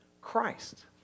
Christ